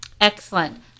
Excellent